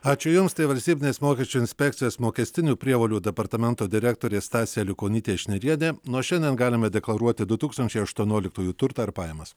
ačiū jums tai valstybinės mokesčių inspekcijos mokestinių prievolių departamento direktorė stasė aliukonytė šnirienė nuo šiandien galime deklaruoti du tūkstančiai aštuonioliktųjų turtą ir pajamas